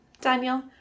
Daniel